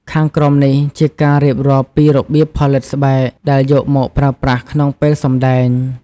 ខាងក្រោមនេះជាការរៀបរាប់ពីរបៀបផលិតស្បែកដែលយកមកប្រើប្រាស់ក្នុងពេលសម្តែង។